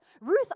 Ruth